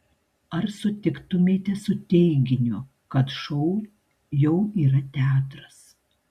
ar sutiktumėte su teiginiu kad šou jau yra teatras